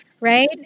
right